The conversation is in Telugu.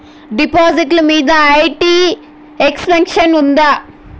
డిపాజిట్లు మీద ఐ.టి ఎక్సెంప్షన్ ఉందా?